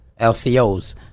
LCOs